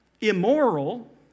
immoral